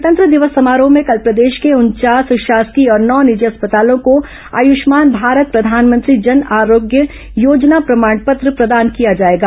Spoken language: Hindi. गणतंत्र दिवस समारोह में कल प्रदेश के उनचास शासकीय और नौ निजी अस्पतालों को आयुष्मान भारत प्रधानमंत्री जन आरोग्य योजना प्रमाण पत्र प्रदान किया जाएगा